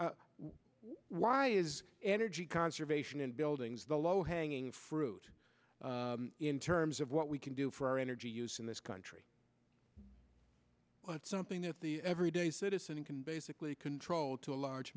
why is energy conservation in buildings the low hanging fruit in terms of what we can do for our energy use in this country something that the everyday citizen can basically control to a large